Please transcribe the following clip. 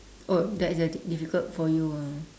oh that is the difficult for your ah